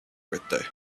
birthday